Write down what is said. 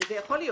וזה יכול להיות,